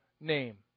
name